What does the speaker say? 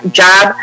job